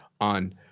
on –